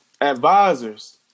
advisors